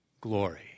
glory